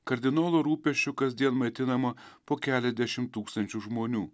kardinolo rūpesčiu kasdien maitinama po keliasdešimt tūkstančių žmonių